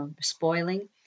spoiling